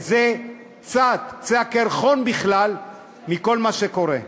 וזה קצת, קצה הקרחון של כל מה שקורה בכלל.